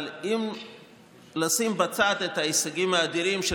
אבל אם לשים בצד את ההישגים האדירים של